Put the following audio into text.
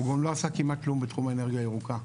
הוא גם לא עשה כמעט כלום בתחום האנרגיה הירוקה.